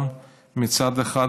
מצד אחד,